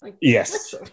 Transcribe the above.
Yes